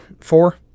four